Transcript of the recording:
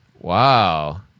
Wow